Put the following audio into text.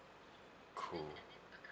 cool